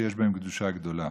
שיש בהן קדושה גדולה.